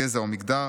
גזע או מגדר,